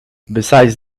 besides